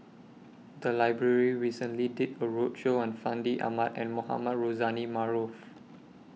The Library recently did A roadshow on Fandi Ahmad and Mohamed Rozani Maarof